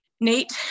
Nate